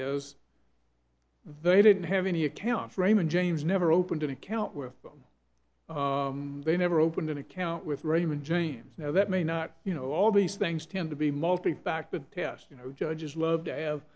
is they didn't have any account raymond james never opened an account with them they never opened an account with raymond james now that may not you know all these things tend to be multi factor test you know judges love to have